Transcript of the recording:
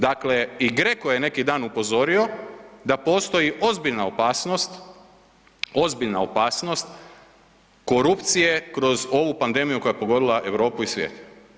Dakle, i GRECO je neki dan upozorio da postoji ozbiljna opasnost, ozbiljna opasnost korupcije kroz ovu pandemiju koja je pogodila Europu i svijet.